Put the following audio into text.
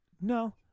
No